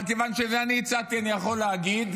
אבל כיוון שזה אני הצעתי אני יכול להגיד,